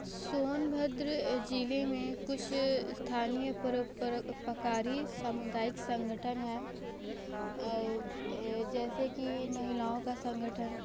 सोनभद्र जिले में कुछ स्थानीय परोपकारी सामुदायिक संगठन हैं जैसे कि महिलाओं का संगठन